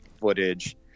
footage